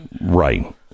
right